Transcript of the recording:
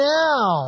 now